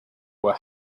were